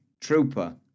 trooper